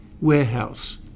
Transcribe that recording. warehouse